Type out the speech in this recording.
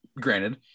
Granted